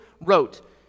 wrote